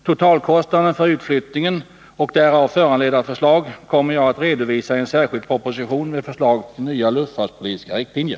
Totalkostnaden för utflyttningen och därav föranledda förslag kommer jag att redovisa i en särskild proposition med förslag till nya luftfartspolitiska riktlinjer.